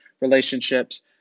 relationships